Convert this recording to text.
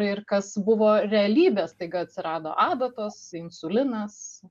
ir kas buvo realybė staiga atsirado adatos insulinas